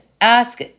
ask